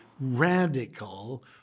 radical